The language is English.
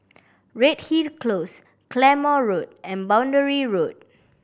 Redhill Close Claymore Road and Boundary Road